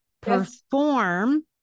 perform